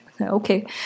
Okay